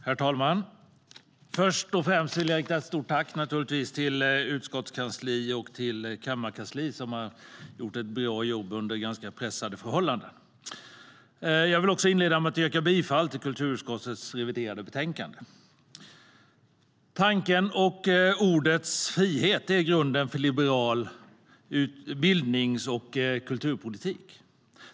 Herr talman! Först och främst vill jag rikta ett stort tack till utskottskansliet och kammarkansliet, som har gjort ett bra jobb under pressade förhållanden. Jag vill också inleda med att yrka bifall till förslaget i kulturutskottets reviderade betänkande. Tankens och ordets frihet är grunden i liberal bildnings och kulturpolitik.